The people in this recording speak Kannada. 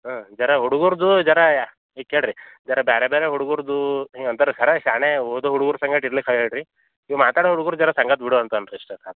ಹಾಂ ಝರ ಹುಡುಗರುದ್ದೂ ಜರಾಯಾ ಇಲ್ಲಿ ಕೇಳಿರಿ ಝರ ಬೇರೆ ಬೇರೆ ಹುಡುಗುರುದ್ದು ಹಿಂಗೆ ಅಂತಾರೆ ಸರ್ ಶ್ಯಾಣೆ ಓದೋ ಹುಡುಗ್ರು ಸಂಗಡ ಇರ್ಲಿಕ ಹೇಳಿ ರಿ ಈ ಮಾತಾಡೊ ಹುಡ್ಗುರು ಝರ ಸಂಗತ ಬಿಡು ಅಂತ ಅನ್ನಿ ರೀ ಇಷ್ಟೆ ಸಾಕು